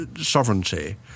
sovereignty